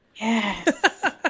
Yes